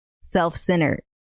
self-centered